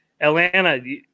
Atlanta